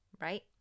right